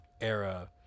era